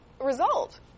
result